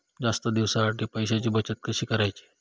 जास्त दिवसांसाठी पैशांची बचत कशी करायची?